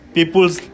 People's